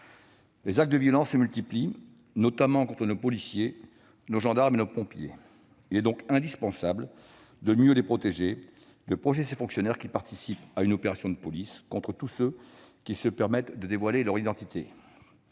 Les actes de violence se multiplient, notamment contre nos policiers, nos gendarmes et nos pompiers. Il est donc indispensable de mieux protéger les fonctionnaires qui participent à une opération de police contre tous ceux qui se permettent de dévoiler leur identité.